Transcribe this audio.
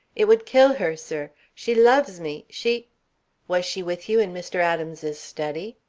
it would kill her, sir. she loves me she was she with you in mr. adams's study?